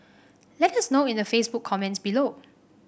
let us know in the Facebook comments below